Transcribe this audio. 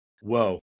whoa